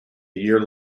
year